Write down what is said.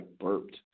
burped